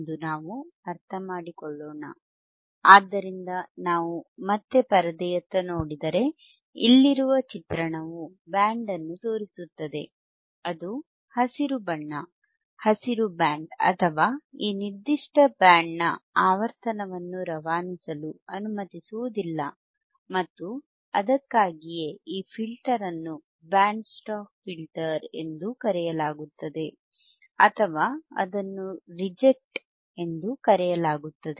ಎಂದು ನಾವು ಅರ್ಥಮಾಡಿಕೊಳ್ಳೋಣ ಆದ್ದರಿಂದ ನಾವು ಮತ್ತೆ ಪರದೆಯತ್ತ ನೋಡಿದರೆ ಇಲ್ಲಿರುವ ಚಿತ್ರಣವು ಬ್ಯಾಂಡ್ ಅನ್ನು ತೋರಿಸುತ್ತದೆ ಅದು ಹಸಿರು ಬಣ್ಣ ಹಸಿರು ಬ್ಯಾಂಡ್ ಅಥವಾ ಈ ನಿರ್ದಿಷ್ಟ ಬ್ಯಾಂಡ್ನ ಆವರ್ತನವನ್ನು ರವಾನಿಸಲು ಅನುಮತಿಸುವುದಿಲ್ಲ ಮತ್ತು ಅದಕ್ಕಾಗಿಯೇ ಈ ಫಿಲ್ಟರ್ ಅನ್ನು ಬ್ಯಾಂಡ್ ಸ್ಟಾಪ್ ಫಿಲ್ಟರ್ ಎಂದೂ ಕರೆಯಲಾಗುತ್ತದೆ ಅಥವಾ ಅದನ್ನು ರಿಜೆಕ್ಟ್ ಎಂದು ಕರೆಯಲಾಗುತ್ತದೆ